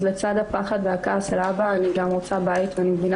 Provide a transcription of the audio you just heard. אז לצד הפחד והכעס על אבא אני גם רוצה בית ואני מבינה